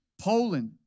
Poland